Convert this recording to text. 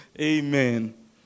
Amen